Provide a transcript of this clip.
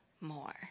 more